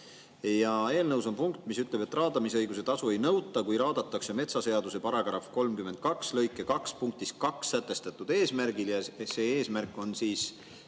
Eelnõus on punkt, mis ütleb, et raadamisõiguse tasu ei nõuta, kui raadatakse metsaseaduse § 32 lõike 2 punktis 2 sätestatud eesmärgil. See eesmärk on siis